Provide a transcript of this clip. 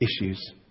issues